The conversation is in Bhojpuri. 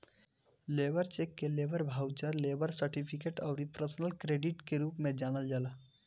लेबर चेक के लेबर बाउचर, लेबर सर्टिफिकेट अउरी पर्सनल क्रेडिट के रूप में जानल जाला